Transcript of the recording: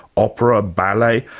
opera, ballet,